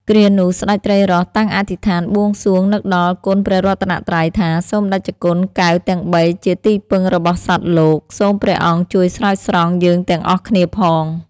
គ្រានោះ ស្ដេចត្រីរ៉ស់តាំងអធិដ្ឋានបួងសួងនឹកដល់គុណព្រះរតនត្រ័យថា៖ «សូមតេជគុណកែវទាំងបីជាទីពឹងរបស់សត្វលោក សូមព្រះអង្គជួយស្រោចស្រង់យើងទាំងអស់គ្នាផង»។